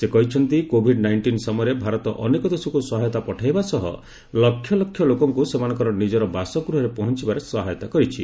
ସେ କହିଛନ୍ତି covid nineteen ସମୟରେ ଭାରତ ଅନେକ ଦେଶକୁ ସହାୟତା ପଠାଇବା ସହ ଲକ୍ଷ ଲକ୍ଷ ଲୋକଙ୍କୁ ସେମାନଙ୍କର ନିଜର ବାସଗୃହରେ ପହଞ୍ଚିବାରେ ସହାୟତା କରିଛି